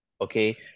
Okay